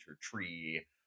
tree